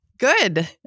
Good